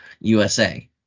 USA